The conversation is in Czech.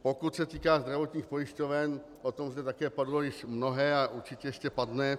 Pokud se týká zdravotních pojišťoven, o tom zde také padlo již mnohé a určitě ještě padne.